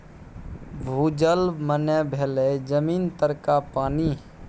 भूजल मने भेलै जमीन तरका पानि